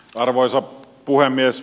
arvoisa puhemies